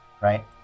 right